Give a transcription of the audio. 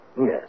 yes